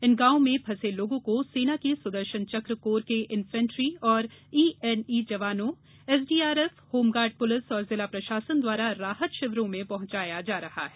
इन गाँवों में फँसे लोगों को सेना की सुदर्शनचक कोर के इन्फेण्ट्री और ईएनई जवानों एसडीआरएफ होमगार्ड पुलिस और जिला प्रशासन द्वारा राहत शिविरों में पहंचाया जा रहा है